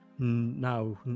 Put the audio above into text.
Now